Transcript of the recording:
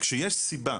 כשיש סיבה,